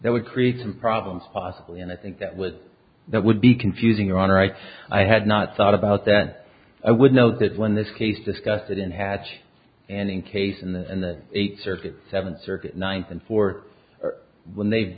that would create some problems possibly and i think that would that would be confusing on right i had not thought about that i would know that when this case disgusted and had such an in case and the eighth circuit seventh circuit ninth and fourth when they